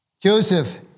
Joseph